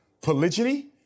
polygyny